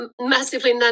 massively